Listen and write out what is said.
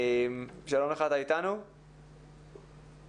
המכללות לחינוך נערכו במתכונת של מבחנים